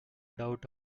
doubt